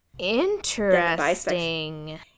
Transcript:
Interesting